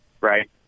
right